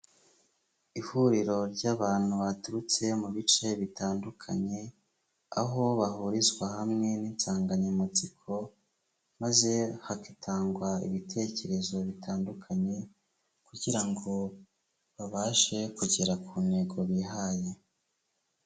Ihuriro ry'abantu baturutse mu bice bitandukanye, aho bahurizwa hamwe n'insanganyamatsiko maze hagatangwa ibitekerezo bitandukanye kugira ngo babashe kugera ku ntego bihaye.